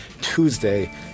Tuesday